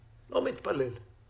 אני לא מתפלל,